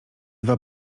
dwa